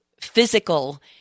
physical